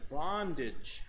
bondage